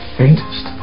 faintest